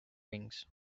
wings